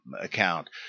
account